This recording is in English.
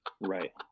right